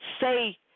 Say